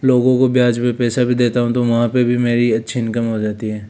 लोगों को ब्याज पर पैसा भी देता हूँ तो वहाँ पर भी मेरी अच्छी इनकम हो जाती है